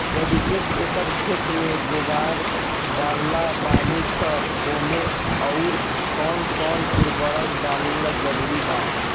यदि एक एकर खेत मे गोबर डालत बानी तब ओमे आउर् कौन कौन उर्वरक डालल जरूरी बा?